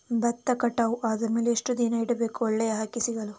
ಭತ್ತ ಕಟಾವು ಆದಮೇಲೆ ಎಷ್ಟು ದಿನ ಇಡಬೇಕು ಒಳ್ಳೆಯ ಅಕ್ಕಿ ಸಿಗಲು?